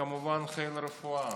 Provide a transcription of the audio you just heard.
וכמובן חיל הרפואה.